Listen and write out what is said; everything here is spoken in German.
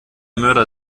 mörder